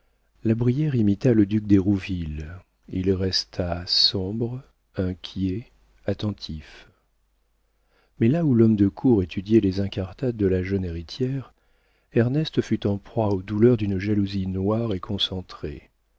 la brière imita le duc d'hérouville il resta sombre inquiet attentif mais là où l'homme de cour étudiait les incartades de la jeune héritière ernest fut en proie aux douleurs d'une jalousie noire et concentrée